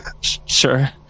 sure